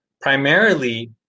primarily